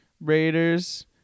Raiders